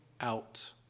out